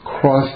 cross